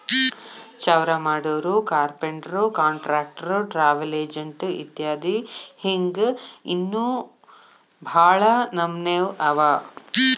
ಚೌರಾಮಾಡೊರು, carpenter, contractor, travel agent ಇತ್ಯದಿ ಹಿಂಗ್ ಇನ್ನೋ ಭಾಳ್ ನಮ್ನೇವ್ ಅವ